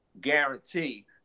guarantee